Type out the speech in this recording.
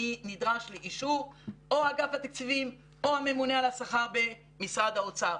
אני נדרש לאישור או של אגף התקציבים או הממונה על השכר במשרד האוצר,